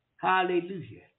Hallelujah